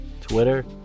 Twitter